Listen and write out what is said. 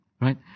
right